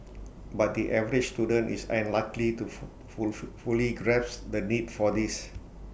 but the average student is unlikely to fully grasp the need for this